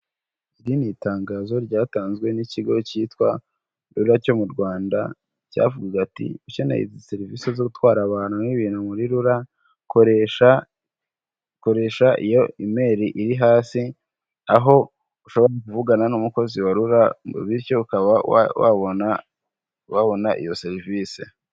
Iri ni itangazo ryatanzwe n'ikigo cyitwa RURA cyo mu Rwanda, cyavuza ati:"Ukeneye izi serivisi zo gutwara abantu n'ibintu muri RURA kora kuri iyo imeri iri hasi," aho ushobora kuvugana n'umukozi wa RURA bityo ukaba wabona iyo serivisi.